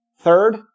Third